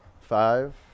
Five